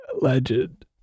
legend